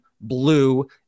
blue